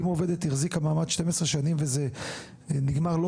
אם עובדת החזיקה מעמד 12 שנים וזה נגמר לא